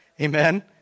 Amen